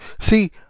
See